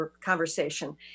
conversation